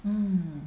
mm